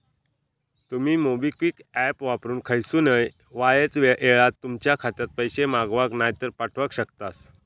तुमी MobiKwik app वापरून खयसूनय वायच येळात तुमच्या खात्यात पैशे मागवक नायतर पाठवक शकतास